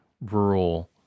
rural